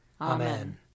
Amen